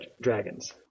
Dragons